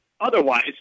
Otherwise